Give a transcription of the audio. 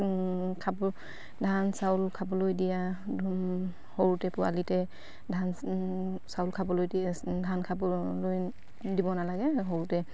ধান চাউল খাবলৈ দিয়া সৰুতে পোৱালিতে ধান চাউল খাবলৈ দিয়ে ধান খাবলৈ দিব নালাগে সৰুতে